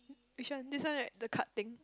which one this one at the cut thing